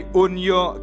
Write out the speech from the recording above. unyo